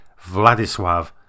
Vladislav